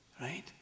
right